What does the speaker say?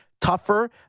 tougher